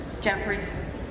Jeffries